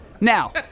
Now